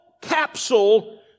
capsule